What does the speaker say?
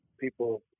people